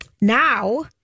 now